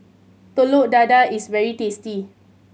Telur Dadah is very tasty